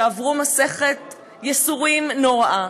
שעברו מסכת ייסורים נוראה,